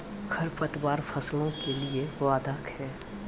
खडपतवार फसलों के लिए बाधक हैं?